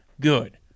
good